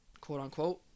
quote-unquote